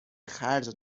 خرج